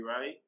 right